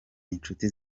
inshuti